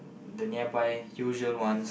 the nearby usual ones